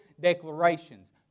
declarations